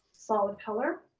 solid color.